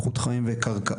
איכות חיים וקרקעות.